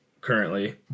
currently